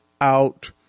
out